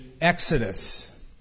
Exodus